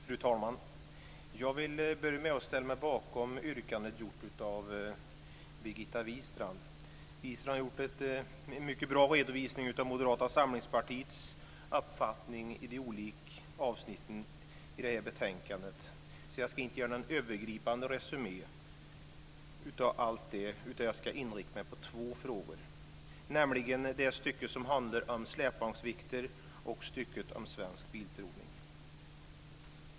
Fru talman! Jag vill börja med att ställa mig bakom de yrkanden som Birgitta Wistrand gjorde. Wistrand har gjort en mycket bra redovisning av Moderata samlingspartiets uppfattning i de olika avsnitten i det här betänkandet. Jag ska inte göra någon övergripande resumé av allt det utan inrikta mig på två frågor, nämligen det stycke som handlar om släpvagnsvikter och stycket om Svensk Bilprovning.